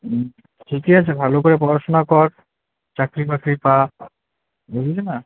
হুম ঠিকই আছে ভালো করে পড়াশুনা কর চাকরি বাকরি পা বুঝলি মা